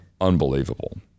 Unbelievable